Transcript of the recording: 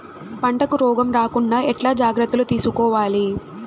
పంటకు రోగం రాకుండా ఎట్లా జాగ్రత్తలు తీసుకోవాలి?